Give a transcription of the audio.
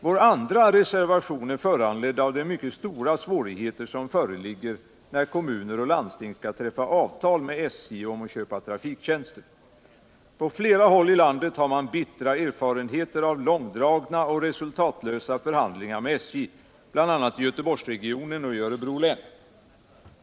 Vår andra reservation är föranledd av de mycket stora svårigheter som föreligger när kommuner och landsting skall träffa avtal med SJ om att köpa trafiktjänster. På flera håll i landet har man bittra erfarenheter av långdragna och resultatlösa förhandlingar med SJ, bl.a. i Göteborgsregionen och i Örebro län.